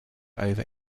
over